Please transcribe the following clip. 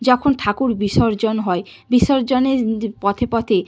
যখন ঠাকুর বিসর্জন হয় বিসর্জনে পথে পথে